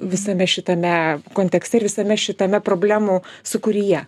visame šitame kontekste ir visame šitame problemų sūkuryje